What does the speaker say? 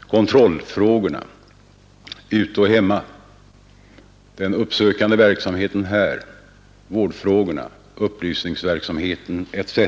kontrollen ute och hemma, den uppsökande verksamheten, vårdfrågorna, upplysningsverksamheten, etc.